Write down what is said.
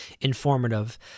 informative